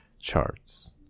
charts